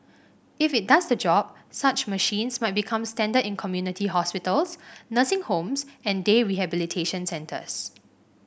if it does the job such machines might become standard in community hospitals nursing homes and day rehabilitation centres